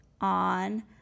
on